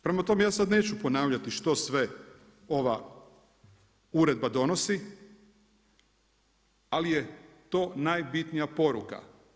Prema tome ja sad neću ponavljati što sve ova uredba donosi, ali je to najbitnija poruka.